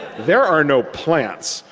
there are no plants.